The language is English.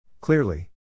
Clearly